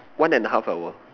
one and a half hour